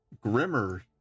Grimmer